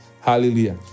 Hallelujah